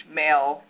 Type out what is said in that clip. male